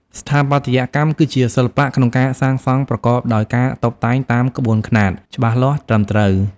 ស្ថាបត្យកម្ម គឺជាសិល្បៈក្នុងការសាងសង់ប្រកបដោយការតុបតែងតាមក្បួនខ្នាត ច្បាស់លាស់ត្រឹមត្រូវ។